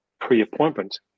pre-appointment